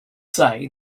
say